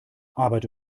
arbeit